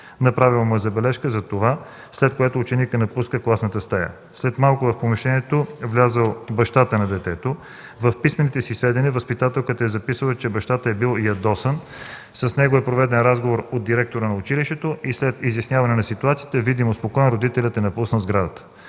Направила му е забележка за това, след което ученикът напуска класната стая. След малко в помещението е влязъл бащата на детето. В писмените си сведения възпитателката е записала, че бащата е бил ядосан. С него е проведен разговор от директора на училището и след изясняване на ситуацията, видимо спокоен, родителят е напуснал сградата.